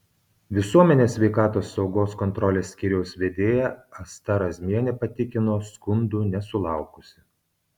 visuomenės sveikatos saugos kontrolės skyriaus vedėja asta razmienė patikino skundų nesulaukusi